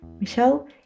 Michelle